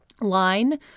line